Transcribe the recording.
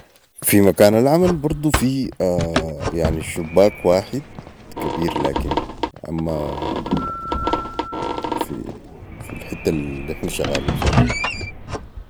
في مكان العمل برضو في شباك واحد كبير لكن في الحته النحنا شغالين فيها